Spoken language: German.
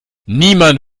niemand